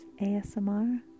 ASMR